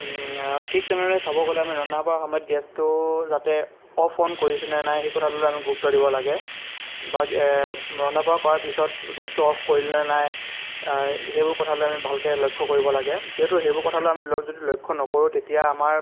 আৰু ঠিক তেনেদৰে চাব গ'লে আমি ৰন্ধা বঢ়া সময়ত গেছটো যাতে অফ অন কৰিছোঁনে নাই সেই কথাটোলৈ আমি গুৰুত্ব দিব লাগে বা ৰন্ধা বঢ়া কৰাৰ পিছত গেছটো অফ কৰিলোঁ নে নাই সেইবোৰ কথালৈ আমি ভালদৰে লক্ষ্য কৰিব লাগে যিহেতু সেইবোৰ কথালৈ আমি যদি ল লক্ষ্য নকৰোঁ তেতিয়া আমাৰ